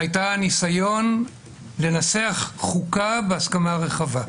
הייתה ניסיון לנסח חוקה בהסכמה רחבה.